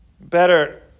Better